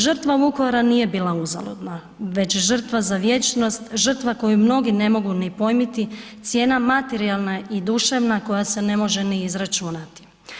Žrtva Vukovara nije bila uzaludna, već žrtva za vječnost, žrtva koju mnogi ne mogu ni pojmiti, cijena materijalna i duševna koja se ne može ni izračunati.